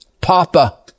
Papa